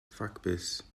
ffacbys